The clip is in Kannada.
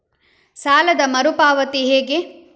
ಸಾಲದ ಮರು ಪಾವತಿ ಹೇಗೆ?